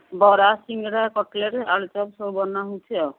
ବରା ସିଙ୍ଗଡ଼ା କଟ୍ଲେଟ୍ ଆଳୁଚପ୍ ସବୁ ବନାହେଉଛି ଆଉ